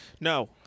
No